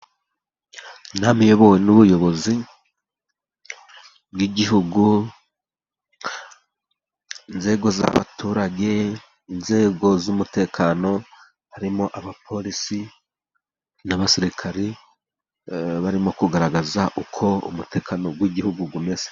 Inama iyobowe n'ubuyobozi bw'igihugu, inzego z'abaturage, inzego z'umutekano, harimo abaporisi n'abasirikare, barimo kugaragaza uko umutekano w'igihugu umeze.